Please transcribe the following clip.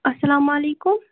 اسلام وعلیکُم